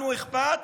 לנו אכפת,